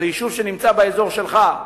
זה יישוב שנמצא באזור שלך,